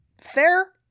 Fair